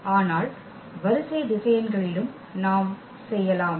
ஆனால் வரிசை திசையன்களிலும் நாம் செய்யலாம்